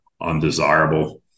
undesirable